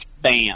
bam